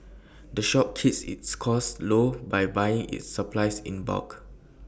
the shop keeps its costs low by buying its supplies in bulk